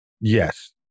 Yes